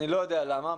ואני לא יודע למה.